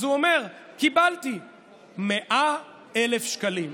אז הוא אומר: קיבלתי 100,000 שקלים.